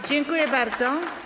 Dziękuję bardzo.